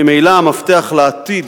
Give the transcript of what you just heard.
ממילא המפתח לעתיד